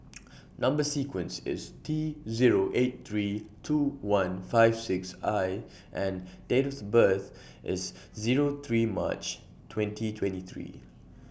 Number sequence IS T Zero eight three two one five six I and Date of birth IS Zero three March twenty twenty three